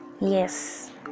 Yes